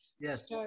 Yes